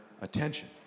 attention